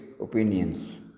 opinions